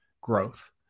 growth